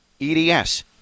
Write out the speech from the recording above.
eds